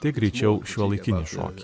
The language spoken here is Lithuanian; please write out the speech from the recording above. tai greičiau šiuolaikinį šokį